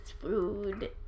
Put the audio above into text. food